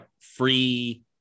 free